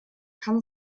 kann